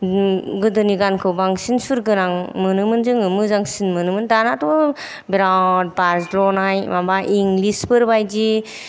गोदोनि गानखौ बांसिन सुरगोनां मोनोमोन जोङो मोजांसिन मोनोमोन दानाथ' बिराद बाज्ल'नाय माबा इंग्लिसफोर बायदि